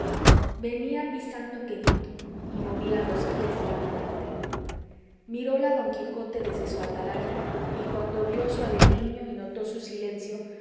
venía pisando quedito y movía los pies blandamente miróla don quijote desde su atalaya y cuando vio su adeliño y notó su silencio